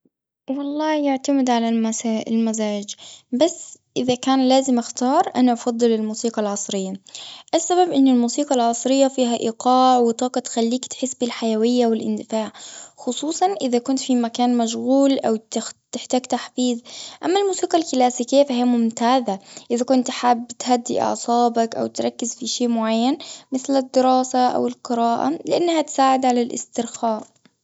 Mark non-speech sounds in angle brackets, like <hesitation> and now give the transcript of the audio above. والله يعتمد على المسا- المزاج، بس <hesitation> إذا كان لازم أختار، أنا أفضل الموسيقى العصرية. السبب إن الموسيقى العصرية فيها إيقاع وطاقة، <noise> تخليك تحس بالحيوية والاندفاع. خصوصاً إذا كنت في مكان مشغول، أو تخت- تحتاج تحفيز. أما الموسيقى الكلاسيكية، فهي ممتازة <noise> إذا كنت حابب تهدي أعصابك، أو تركز في شيء معين، <noise> مثل الدراسة، أو القراءة. لأنها تساعد على الإسترخاء.